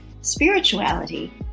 spirituality